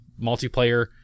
multiplayer